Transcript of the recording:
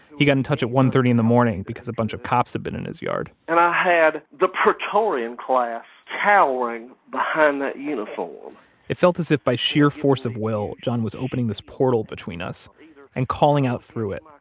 he got in touch at one thirty in the morning because a bunch of cops had been in his yard and i had the praetorian class cowering behind that uniform it felt as if, by sheer force of will, john was opening this portal between us and calling out through it,